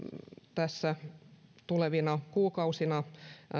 tässä tulevina kuukausina